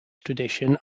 tradition